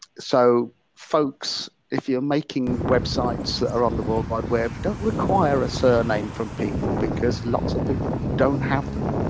so folks, if you're making websites around the world wide web, don't require a surname from people because lots of people don't have them.